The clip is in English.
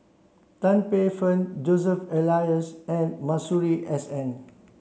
Tan Paey Fern Joseph Elias and Masuri S N